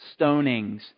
stonings